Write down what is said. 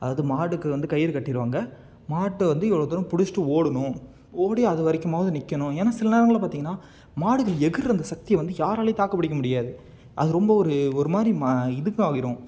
அதாவது மாட்டுக்கு வந்து கயிறு கட்டிடுவாங்க மாட்டை வந்து இவ்வளோ தூரம் பிடிச்சிட்டு ஓடணும் ஓடி அது வரைக்குமாவது நிற்கணும் ஏன்னா சில நேரங்களில் பார்த்தீங்கன்னா மாடுகள் எகிர்ற அந்த சக்தியை வந்து யாராலேயும் தாக்குப் பிடிக்க முடியாது அது ரொம்ப ஒரு ஒரு மாதிரி ம இதுக்காகிடும்